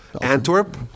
Antwerp